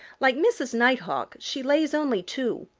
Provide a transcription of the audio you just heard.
like mrs. nighthawk, she lays only two.